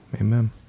Amen